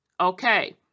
Okay